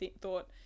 thought